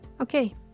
Okay